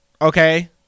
okay